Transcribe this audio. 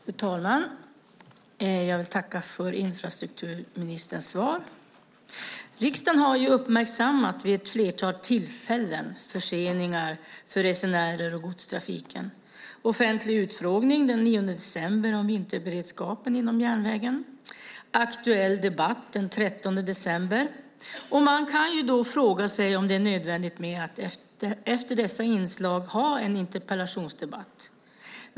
Fru talman! Jag vill tacka för infrastrukturministerns svar. Riksdagen har vid ett flertal tillfällen uppmärksammat förseningar för resenärer och godstrafik. Det var en offentlig utfrågning den 9 december om vinterberedskapen inom järnvägen och en aktuell debatt den 13 december. Man kan då fråga sig om det efter dessa inslag är nödvändigt att ha en interpellationsdebatt.